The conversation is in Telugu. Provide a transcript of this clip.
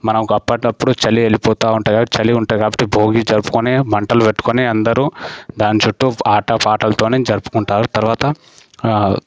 మనకు అప్పటికప్పుడు చలి వెళ్ళిపోతూ ఉంటుంది కాబట్టి చలి ఉంటుంది కాబట్టి భోగి జరుపుకొని మంటలు పెట్టుకొని అందరూ దాన్ని చుట్టూ ఆటపాటలతోనే జరుపుకుంటారు తరువాత